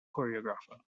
choreographer